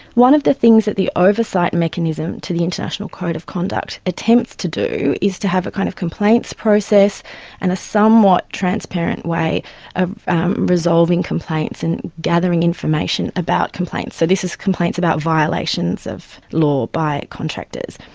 one of the things that the oversight mechanism to the international code of conduct attempts to do is to have a kind of complaints process and a somewhat transparent way of resolving complaints and gathering information about complaints. so this is complaints about violations of law by contractors.